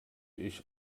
ich